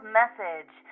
message